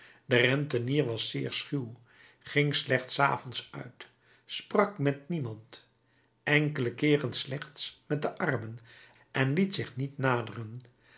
de rentenier was zeer schuw ging slechts s avonds uit sprak met niemand enkele keeren slechts met de armen en liet zich niet naderen